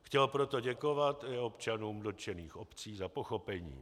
Chtěl proto děkovat i občanům dotčených obcí za pochopení.